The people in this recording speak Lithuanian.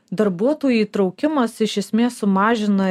darbuotų įtrauimas iš esmės sumažina